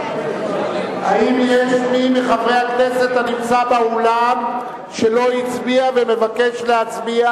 האם יש מי מחברי הכנסת הנמצא באולם שלא הצביע ומבקש להצביע?